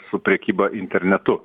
su prekyba internetu